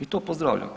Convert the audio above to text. I to pozdravljam.